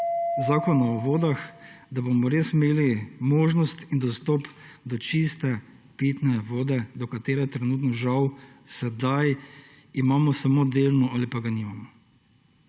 zakona o vodah, da bomo res imeli možnost in dostop do čiste pitne vode, do katere trenutno žal sedaj imamo samo delno ali pa ga nimamo?